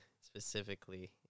specifically